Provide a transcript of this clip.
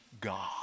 God